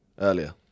earlier